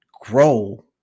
grow